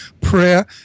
prayer